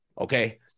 Okay